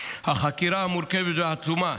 והחקירה המורכבת והעצומה